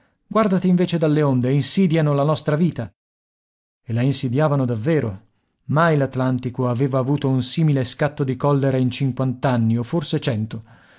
guardati invece dalle onde insidiano la nostra vita e la insidiavano davvero mai l'atlantico aveva avuto un simile scatto di collera in cinquant'anni o forse cento